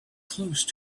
close